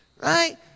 Right